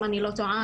אם אני לא טועה,